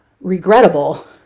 regrettable